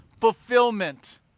Fulfillment